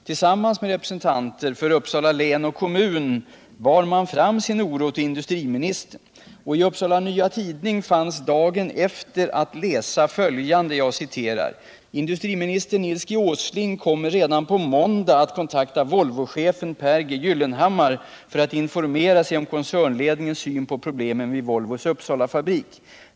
Tillsammans med representanter för Uppsala län och kommun förde de fram sin oro till industriministern, och i Upsala Nya Tidning fanns dagen därpå följande att läsa: ”Industriminister Nils G Åsling kommer redan på måndag att kontakta Volvochefen Pehr G Gyllenhammar för att informera sig om koncernledningens syn på problemen vid Volvos Uppsalafabrik.